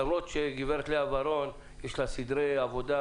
למרות שגברת לאה ורון יש לה סדרי עבודה